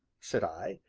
said i,